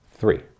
three